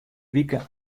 wike